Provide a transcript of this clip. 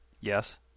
Yes